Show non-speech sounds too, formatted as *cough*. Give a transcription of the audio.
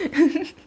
*laughs*